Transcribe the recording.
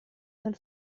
del